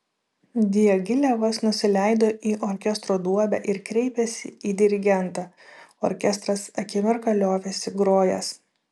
diagilevas nusileido į orkestro duobę ir kreipėsi į dirigentą orkestras akimirką liovėsi grojęs